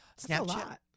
snapchat